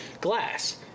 Glass